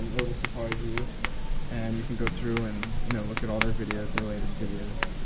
um oval safari view and you can go through and you know look at all their videos, their lastest videos.